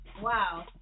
wow